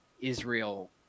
Israel